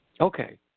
Okay